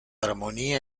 armonía